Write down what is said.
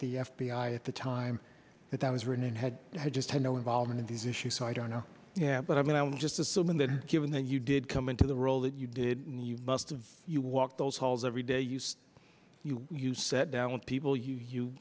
the f b i at the time that was written and had i just had no involvement in these issues so i don't know yeah but i mean i'm just assuming that given that you did come into the role that you did you must have you walk those halls every day use you you set down people you you